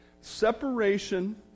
Separation